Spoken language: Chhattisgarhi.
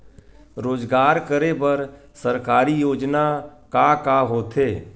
रोजगार करे बर सरकारी योजना का का होथे?